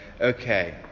okay